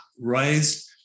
raised